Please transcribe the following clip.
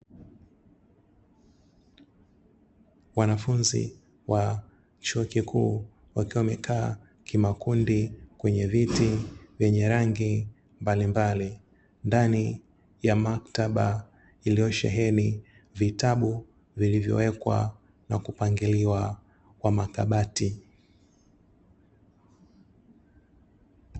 Wanafunzi wa chuo kikuu wakiwa wamekaa kimakundi kwenye viti vyenye rangi mbalimbali, ndani ya maktaba iliyosheheni vitabu vilivyowekwa na kupangiliwa kwa makabati.